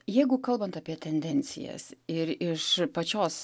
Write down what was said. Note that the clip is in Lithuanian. jeigu kalbant apie tendencijas ir iš pačios